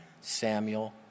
Samuel